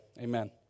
Amen